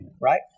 right